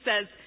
says